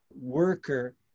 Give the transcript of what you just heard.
worker